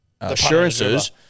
assurances